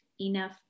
enough